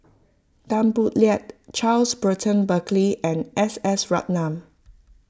Tan Boo Liat Charles Burton Buckley and S S Ratnam